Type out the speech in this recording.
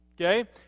Okay